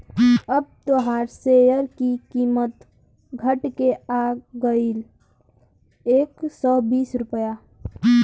अब तोहार सेअर की कीमत घट के आ गएल एक सौ बीस रुपइया